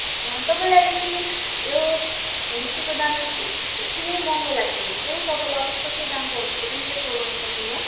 तपाईँलाई यदि यो होमस्टेको दाम यति यति नै महँगो लाग्यो भने चाहिँ तपाईँलाई अलिक सस्तो दामको होमस्टे पनि प्रिफर गर्न सकिन्छ